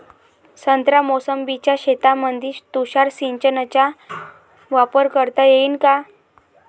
संत्रा मोसंबीच्या शेतामंदी तुषार सिंचनचा वापर करता येईन का?